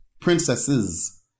princesses